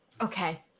Okay